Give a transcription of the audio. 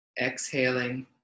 exhaling